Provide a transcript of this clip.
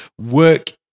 work